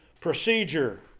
procedure